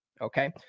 Okay